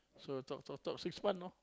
so talk talk talk six month know